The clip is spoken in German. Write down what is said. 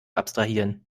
abstrahieren